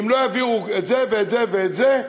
אם לא יעבירו את זה ואת זה ואת זה,